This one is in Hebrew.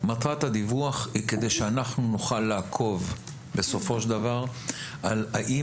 היא כדי שאנחנו נוכל לעקוב בסופו של דבר האם